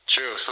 True